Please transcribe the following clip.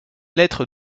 lettre